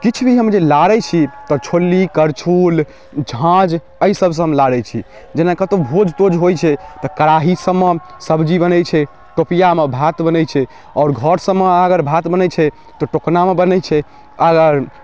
किछु भी हम जे लारै छी तऽ छोलनी करछुल झाँझ अइ सबसँ हम लारै छी जेना कतौ भोज तोज होइ छै तऽ कड़ाही सबमे सब्जी बनय छै टोपियामे भात बनै छै आओर घर सबमे अगर भात बनै छै तऽ टोकनामे बनै छै अगर